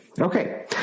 Okay